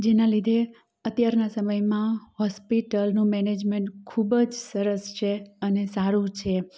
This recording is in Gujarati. જેના લીધે અત્યારનાં સમયમાં હોસ્પિટલનું મેનેજમેન્ટ ખૂબજ સરસ છે અને સારું છે